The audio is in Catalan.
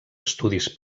estudis